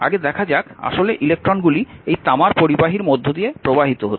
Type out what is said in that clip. আগে দেখা যাক আসলে ইলেক্ট্রনগুলি এই তামার পরিবাহীর মধ্য দিয়ে প্রবাহিত হচ্ছে